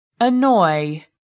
Annoy